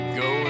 go